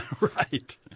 Right